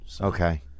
Okay